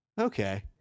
okay